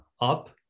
up